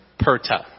perta